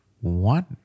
one